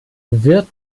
wird